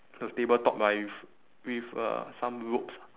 the tabletop right with with uh some ropes